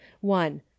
One